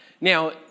Now